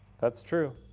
that's true.